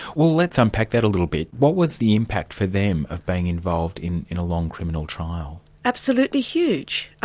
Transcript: well let's unpack that a little bit. what was the impact for them of being involved in in a long criminal trial? absolutely huge.